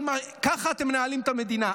ככה אתם מנהלים את המדינה.